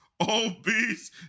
obese